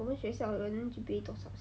我们学校的人 G_P_A 多少 sia